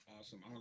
Awesome